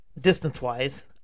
distance-wise